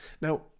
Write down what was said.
Now